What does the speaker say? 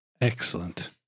Excellent